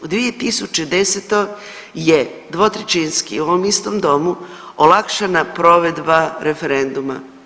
U 2010. je dvotrećinski u ovom istom domu olakšana provedba referenduma.